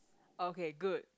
okay good